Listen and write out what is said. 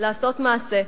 לעשות מעשה,